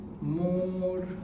more